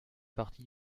partie